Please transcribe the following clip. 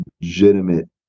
legitimate